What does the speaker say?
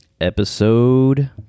Episode